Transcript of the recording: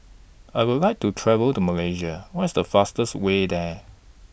I Would like to travel to Malaysia What IS The fastest Way There